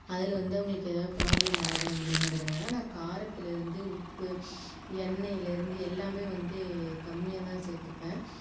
அதில் வந்து அவர்களுக்கு ஏதாவது ப்ராப்ளம் ஆகிடும் அப்படிங்கறதினால நான் காரத்துலேருந்து உப்பு எண்ணெய்லேருந்து எல்லாமே வந்து கம்மியாகதான் சேர்த்துப்பேன்